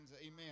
Amen